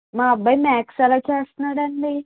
మా అబ్బాయి మ్యాక్స్ ఎలా చేస్తున్నాడండి